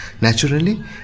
naturally